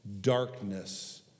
darkness